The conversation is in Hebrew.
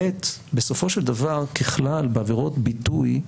ב', בסופו של דבר, ככלל, בעבירות ביטוי,